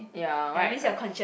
ya right right